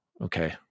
okay